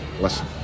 listen